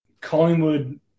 Collingwood